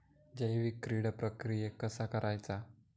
जैविक कीड प्रक्रियेक कसा करायचा?